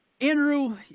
Andrew